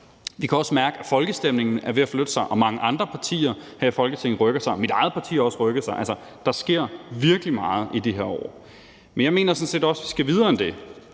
Vi kan også mærke, at folkestemningen er ved at flytte sig, og at mange andre partier her i Folketinget rykker sig – mit eget parti har også rykket sig. Der sker virkelig meget i de her år. Men jeg mener sådan set også, at vi skal videre end det.